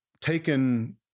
taken